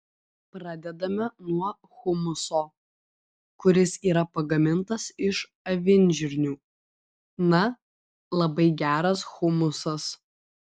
pradedame nuo humuso kuris yra pagamintas iš avinžirnių na labai geras humusas